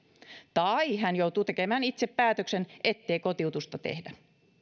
tai hän joutuu tekemään itse päätöksen ettei kotiutusta tehdä